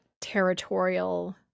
territorial